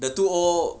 the two O O